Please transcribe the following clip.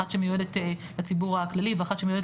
אחת שמיועדת לציבור הכללי ואחת שמיועדת